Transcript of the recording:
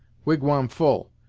wigwam full,